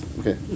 okay